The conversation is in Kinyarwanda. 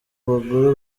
bagore